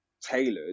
tailored